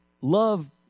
Love